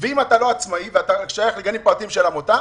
ואם אתה לא עצמאי ואתה שייך לגנים פרטיים של עמותה,